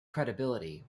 credibility